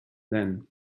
then